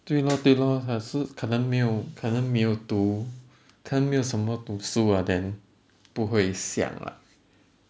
对 lor 对 lor 可是可能没有可能没有读